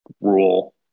rule